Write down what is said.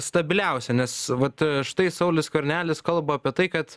stabiliausia nes vat štai saulius skvernelis kalba apie tai kad